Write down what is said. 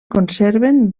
conserven